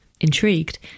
intrigued